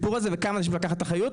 וכמה אנשים צריכים לקחת אחריות,